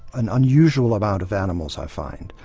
an unusual amount of animals, i find.